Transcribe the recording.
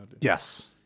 Yes